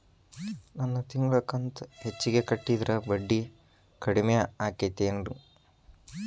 ನನ್ ತಿಂಗಳ ಕಂತ ಹೆಚ್ಚಿಗೆ ಕಟ್ಟಿದ್ರ ಬಡ್ಡಿ ಕಡಿಮಿ ಆಕ್ಕೆತೇನು?